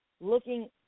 looking